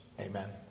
Amen